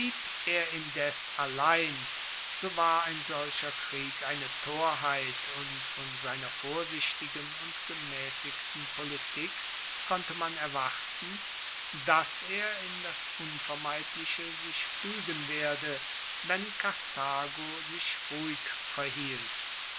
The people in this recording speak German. er indes allein so war ein solcher krieg eine torheit und von seiner vorsichtigen und gemaessigten politik konnte man erwarten dass er in das unvermeidliche sich fuegen werde wenn karthago sich ruhig verhielt